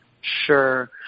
Sure